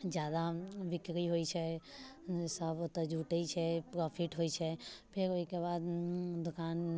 जादा बिक्री होइत छै सभ ओतऽ जुटैत छै प्रॉफिट होइत छै फेर ओहिके बाद दुकान